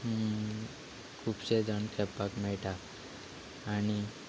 खुबशे जाण खेळपाक मेळटा आनी